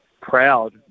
proud